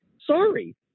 sorry